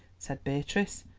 said beatrice.